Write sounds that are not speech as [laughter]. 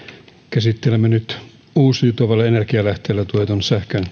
käsittelemme nyt uusiutuvilla energialähteillä tuotetun sähkön [unintelligible]